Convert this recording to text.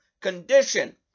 condition